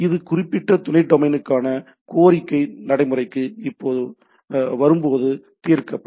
இது குறிப்பிட்ட துணை டொமைனுக்கான கோரிக்கை நடைமுறைக்கு வரும்போது தீர்க்கப்படும்